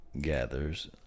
gathers